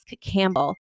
Campbell